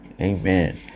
amen